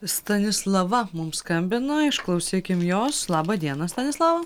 stanislava mums skambina išklausykim jos laba diena stanislava